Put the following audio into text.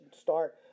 start